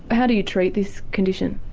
how do you treat this condition?